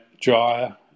dryer